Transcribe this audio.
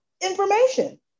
information